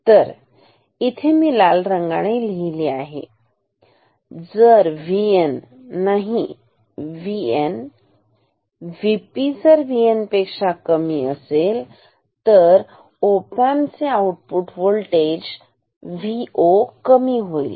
तर इथे मी लाल रंगाने लिहिले जर VN नाही VN VP जर VN पेक्षा कमी असेल तर ओपॅम्प चे आउटपुट व्होल्टेज Vo कमी होईल